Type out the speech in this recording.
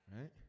Right